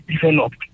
developed